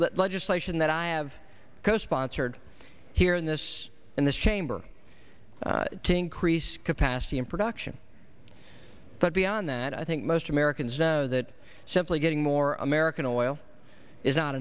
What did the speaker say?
legislation that i have co sponsored here in this in this chamber to increase capacity in production but beyond that i think most americans know that simply getting more american oil is